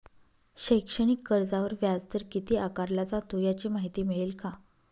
शैक्षणिक कर्जावर व्याजदर किती आकारला जातो? याची माहिती मिळेल का?